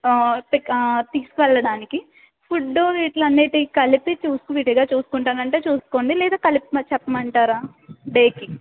తీసుకుని వెళ్ళడానికి ఫుడ్డు వీటి అన్నింటికీ కలిపి చూసుకు విడిగా చూసుకుంటానంటే చూసుకోండి లేదా కలిపి చెప్పమంటారా డేకి